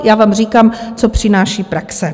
Já vám říkám, co přináší praxe.